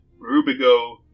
rubigo